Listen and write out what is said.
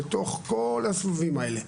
בתוך כל הסבבים האלה,